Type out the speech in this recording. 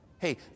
Hey